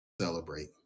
celebrate